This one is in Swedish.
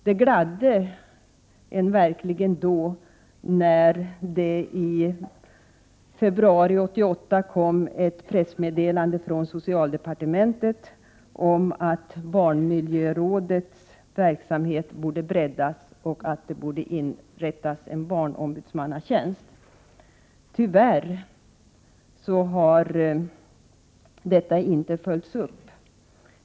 Det gladde mig verkligen när det i februari 1988 kom ett pressmeddelande från socialdepartementet om att barnmiljörådets verksamhet borde breddas och att en barnombudsmannatjänst borde inrättas. Tyvärr har inte detta följts upp.